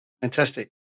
Fantastic